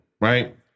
right